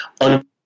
un